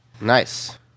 Nice